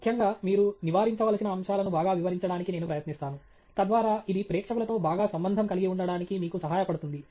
ముఖ్యంగా మీరు నివారించవలసిన అంశాలను బాగా వివరించడానికి నేను ప్రయత్నిస్తాను తద్వారా ఇది ప్రేక్షకులతో బాగా సంబంధం కలిగివుండడానికి మీకు సహాయపడుతుంది